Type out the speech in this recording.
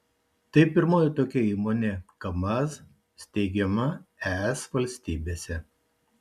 tai pirmoji tokia įmonė kamaz steigiama es valstybėse